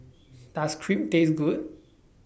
Does Crepe Taste Good